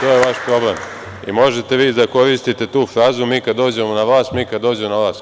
To je vaš problem i možete vi da koristite tu frazu – mi kad dođemo na vlast, mi kada dođemo na vlast.